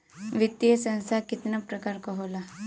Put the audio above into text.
वित्तीय संस्था कितना प्रकार क होला?